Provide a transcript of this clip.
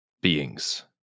beings